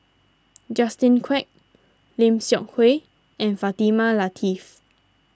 Justin Quek Lim Seok Hui and Fatimah Lateef